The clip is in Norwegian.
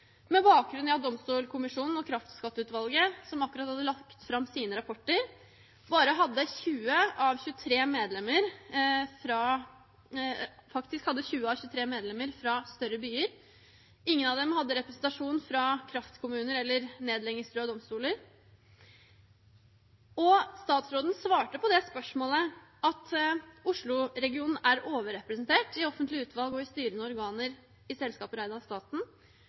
med bakgrunn i at Domstolkommisjonen og kraftskatteutvalget, som akkurat hadde langt fram sine rapporter, faktisk hadde 20 av 23 medlemmer fra større byer. Ingen av dem hadde representasjon fra kraftkommuner eller nedleggingstruede domstoler. På det spørsmålet svarte statsministeren at «Osloregionen er overrepresentert i offentlige utvalg og i styrende organer i selskaper eid av staten»